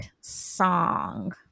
Song